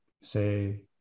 say